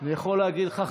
אני יכול להגיד לך,